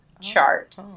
chart